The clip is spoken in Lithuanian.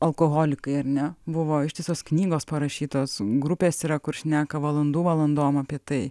alkoholikai ar ne buvo ištisos knygos parašytos grupės yra kur šneka valandų valandom apie tai